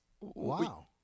Wow